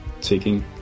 taking